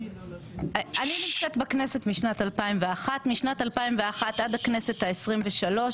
אני נמצאת בכנסת משנת 2001. משנת 2001 עד הכנסת ה-23,